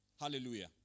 Hallelujah